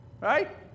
Right